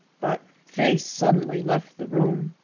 but faye suddenly left the room.